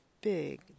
big